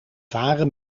waren